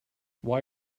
why